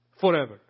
Forever